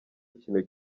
ikintu